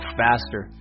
faster